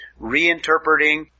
reinterpreting